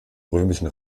römischen